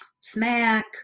smack